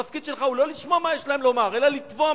התפקיד שלך הוא לא לשמוע מה יש להם לומר אלא לתבוע